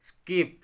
skip